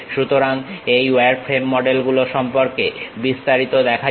সুতরাং এই wireframe model গুলো সম্পর্কে বিস্তারিত দেখা যাক